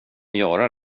göra